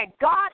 God